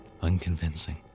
unconvincing